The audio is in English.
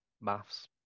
maths